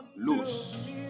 loose